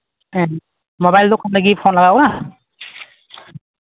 ᱦᱮᱸ ᱢᱳᱵᱟᱭᱤᱞ ᱫᱚᱠᱟᱱ ᱨᱮᱜᱮ ᱯᱷᱳᱱ ᱞᱟᱜᱟᱣ ᱠᱟᱱᱟ